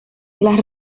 las